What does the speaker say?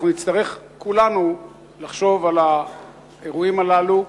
אנחנו נצטרך כולנו לחשוב על האירועים הללו,